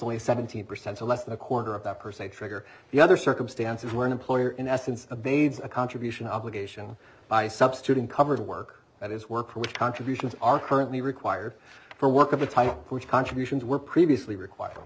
only seventeen percent to less than a quarter of that per se trigger the other circumstances where an employer in essence of aids a contribution obligation by substituting covered work that is work for which contributions are currently required for work of a type which contributions were previously require